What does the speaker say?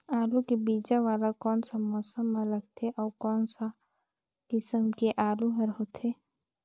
आलू के बीजा वाला कोन सा मौसम म लगथे अउ कोन सा किसम के आलू हर होथे?